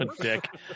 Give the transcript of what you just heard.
dick